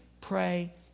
pray